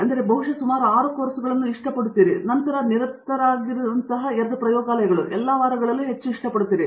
ಆದ್ದರಿಂದ ನೀವು ಬಹುಶಃ ಸುಮಾರು 6 ಕೋರ್ಸುಗಳನ್ನು ಇಷ್ಟಪಡುತ್ತೀರಿ ಮತ್ತು ನಂತರ ನೀವು ನಿರತರಾಗಿರುವಂತಹ ಎರಡು ಪ್ರಯೋಗಾಲಯಗಳು ಎಲ್ಲಾ ವಾರಗಳಲ್ಲೂ ಹೆಚ್ಚು ಇಷ್ಟಪಡುತ್ತೀರಿ